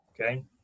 Okay